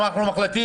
אם אנחנו מחליטים,